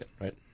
right